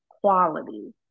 quality